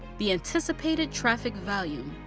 the anticipated traffic volume.